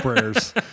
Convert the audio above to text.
prayers